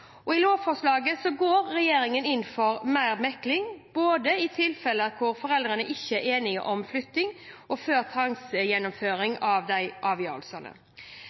I lovforslaget går regjeringen inn for mer mekling, både i tilfeller hvor foreldrene ikke er enige om flytting og før tvangsgjennomføring av